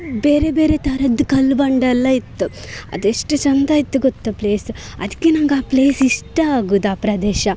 ಬೇರೆ ಬೇರೆ ಥರದ ಕಲ್ಲು ಬಂಡೆಯೆಲ್ಲ ಇತ್ತು ಅದೆಷ್ಟು ಚಂದ ಇತ್ತು ಗೊತ್ತ ಪ್ಲೇಸ್ ಅದಕ್ಕೆ ನಂಗೆ ಆ ಪ್ಲೇಸ್ ಇಷ್ಟ ಆಗೋದು ಆ ಪ್ರದೇಶ